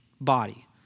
body